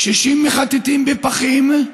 קשישים מחטטים בפחים,